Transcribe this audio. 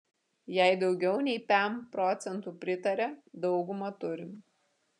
jei daugiau nei pem procentų pritaria daugumą turim